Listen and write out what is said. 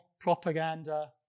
propaganda